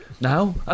now